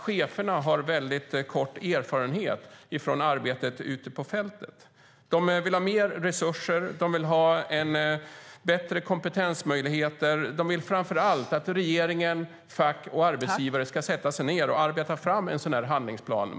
Cheferna har väldigt kort erfarenhet från arbetet ute på fältet. De vill ha mer resurser, bättre kompetensmöjligheter och framför allt att regeringen, fack och arbetsgivare ska sätta sig ned och arbeta fram en handlingsplan.